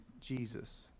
Jesus